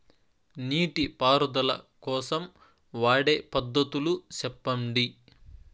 నీటి పారుదల కోసం వాడే పద్ధతులు సెప్పండి?